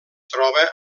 troba